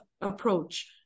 approach